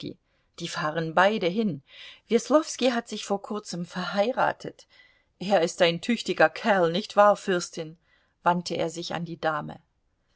die fahren beide hin weslowski hat sich vor kurzem verheiratet er ist ein tüchtiger kerl nicht wahr fürstin wandte er sich an die dame